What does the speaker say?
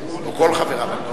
או כל חבריו.